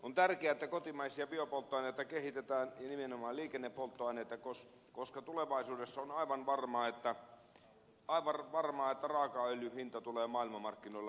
on tärkeää että kotimaisia biopolttoaineita kehitetään ja nimenomaan liikennepolttoaineita koska on aivan varmaa että tulevaisuudessa raakaöljyn hinta tulee maailmanmarkkinoilla nousemaan